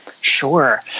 Sure